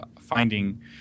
finding